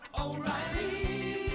O'Reilly